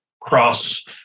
cross